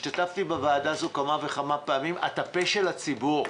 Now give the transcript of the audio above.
גבירתי, את והוועדה, אתם הפה של הציבור.